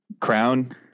crown